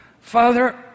Father